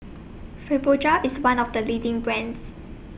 Fibogel IS one of The leading brands